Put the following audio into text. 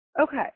okay